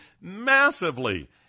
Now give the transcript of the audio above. massively